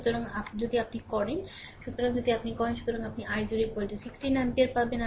সুতরাং যদি আপনি করেন সুতরাং যদি আপনি করেন সুতরাং আপনি i0 1 6 অ্যাম্পিয়ার পাবেন